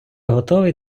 готовий